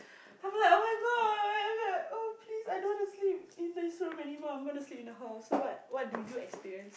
I'm like oh-my-God I'm like oh please I don't want to sleep in this room anymore I'm gonna sleep in the hall so what what do you experience